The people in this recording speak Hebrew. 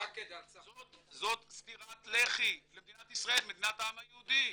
זאת סטירת לחי למדינת ישראל, מדינת העם היהודי.